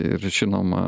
ir žinoma